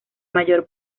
mayor